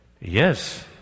Yes